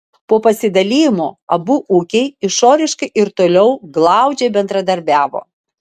po pasidalijimo abu ūkiai išoriškai ir toliau glaudžiai bendradarbiavo